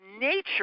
nature